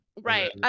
right